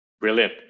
Brilliant